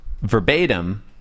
Verbatim